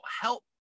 help